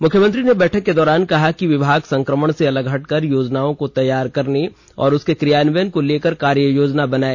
मुख्यमंत्री ने बैठक के दौरान कहा कि विभाग संकमण से अलग हटकर योजनाओं को तैयार करने और उसके कियान्यवन को लेकर कार्य योजना बनाए